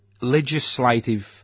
legislative